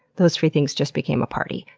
those three things just became a party.